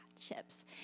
chips